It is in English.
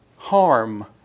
harm